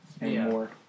anymore